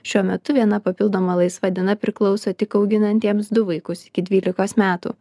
šiuo metu viena papildoma laisva diena priklauso tik auginantiems du vaikus iki dvylikos metų